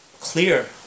clear